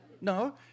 No